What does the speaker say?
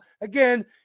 Again